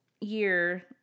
year